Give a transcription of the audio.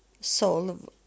solve